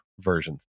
versions